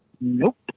Nope